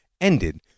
ended